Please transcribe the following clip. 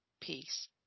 peace